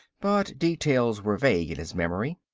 but details were vague in his memory.